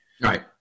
Right